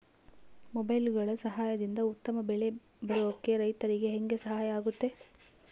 ಮೊಬೈಲುಗಳ ಸಹಾಯದಿಂದ ಉತ್ತಮ ಬೆಳೆ ಬರೋಕೆ ರೈತರಿಗೆ ಹೆಂಗೆ ಸಹಾಯ ಆಗುತ್ತೆ?